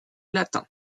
latin